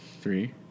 three